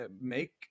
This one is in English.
make